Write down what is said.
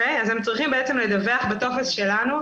הם צריכים לדווח בטופס שלנו,